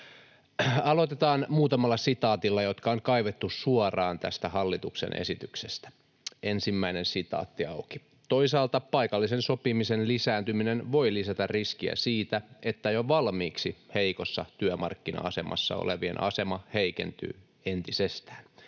Aloitetaan muutamalla sitaatilla, jotka on kaivettu suoraan tästä hallituksen esityksestä. ”Toisaalta paikallisen sopimisen lisääntyminen voi lisätä riskiä siitä, että jo valmiiksi heikossa työmarkkina-asemassa olevien asema heikentyy entisestään.”